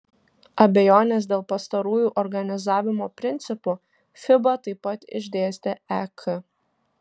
abejones dėl pastarųjų organizavimo principų fiba taip pat išdėstė ek